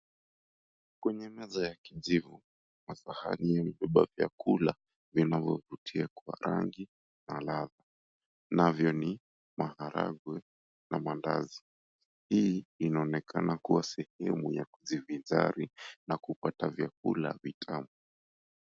Kwenye meza ya kijivu, masahani yamebeba vyakula vinavyovutia kwa rangi na ladha. Navyo ni maharagwe na mandazi. Hii inaonekana kuwa sehemu ya kijivinjari na kupata vyakula vitamu.